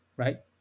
Right